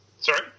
Sorry